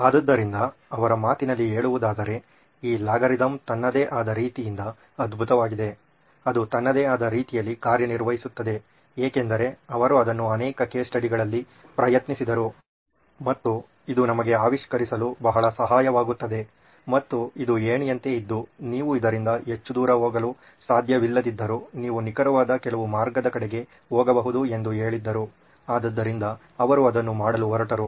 ಆದ್ದರಿಂದ ಅವರ ಮಾತಿನಲ್ಲಿ ಹೇಳುವುದಾದರೆ ಈ ಅಲ್ಗಾರಿದಮ್ ತನ್ನದೇ ಆದ ರೀತಿಯಿಂದ ಅದ್ಭುತವಾಗಿದೆ ಅದು ತನ್ನದೇ ಆದ ರೀತಿಯಲ್ಲಿ ಕಾರ್ಯನಿರ್ವಹಿಸುತ್ತದೆ ಏಕೆಂದರೆ ಅವರು ಅದನ್ನು ಅನೇಕ ಕೇಸ್ ಸ್ಟಡಿಗಳಲ್ಲಿ ಪ್ರಯತ್ನಿಸಿದರು ಮತ್ತು ಇದು ನಮಗೆ ಆವಿಷ್ಕರಿಸಲು ಬಹಳ ಸಹಾಯವಾಗುತ್ತದೆ ಮತ್ತು ಇದು ಏಣಿಯಂತೆ ಇದ್ದು ನೀವು ಇದರಿಂದ ಹೆಚ್ಚು ದೂರ ಹೋಗಲು ಸಾಧ್ಯವಿಲ್ಲದಿದ್ದರೂ ನೀವು ನಿಖರವಾದ ಕೆಲವು ಮಾರ್ಗದ ಕಡೆಗೆ ಹೋಗಬಹುದು ಎಂದು ಹೇಳಿದ್ದರು ಆದ್ದರಿಂದ ಅವರು ಅದನ್ನು ಮಾಡಲು ಹೊರಟರು